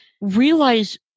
realize